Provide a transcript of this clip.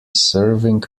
serving